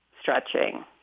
stretching